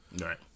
Right